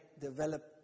develop